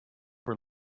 were